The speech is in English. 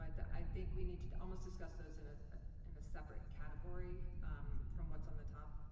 i think we need to to almost discuss those in ah and a separate category from what's on the top,